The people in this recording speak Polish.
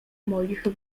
moich